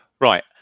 Right